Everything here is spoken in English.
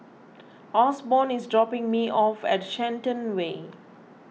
Osborn is dropping me off at Shenton Way